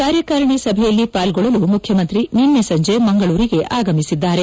ಕಾರ್ಯಕಾರಿಣಿ ಸಭೆಯಲ್ಲಿ ಪಾಲ್ಗೊಳ್ಳಲು ಮುಖ್ಯಮಂತ್ರಿ ನಿನ್ನೆ ಸಂಜೆ ಮಂಗಳೂರಿಗೆ ಆಗಮಿಸಿದ್ದಾರೆ